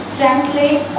translate